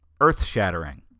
earth-shattering